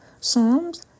Psalms